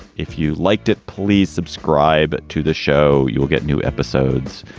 if you liked it, please subscribe to the show. you'll get new episodes.